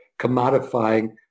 commodifying